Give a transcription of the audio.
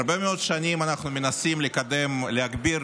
הרבה מאוד שנים אנחנו מנסים לקדם, להגביר